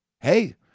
Hey